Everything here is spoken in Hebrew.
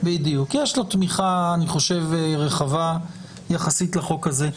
לו תמיכה יחסית רחבה לחוק הזה.